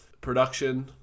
production